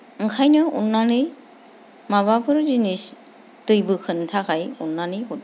ओंखायनो अननानै माबाफोर जिनिस दै बोखोनो थाखाय अननानै हरदो